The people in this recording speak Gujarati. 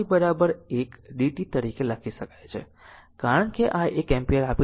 તેથી આને 0 થી 1 i 1 dt તરીકે લખી શકાય છે કારણ કે આ એક એમ્પીયર આપી રહ્યું છે